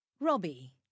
Robbie